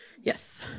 Yes